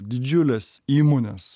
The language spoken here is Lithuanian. didžiulės įmonės